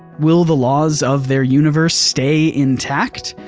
will the laws of their universe stay intact,